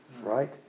right